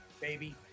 baby